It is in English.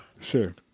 Sure